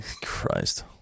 Christ